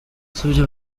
yasabye